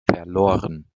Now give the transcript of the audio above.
verloren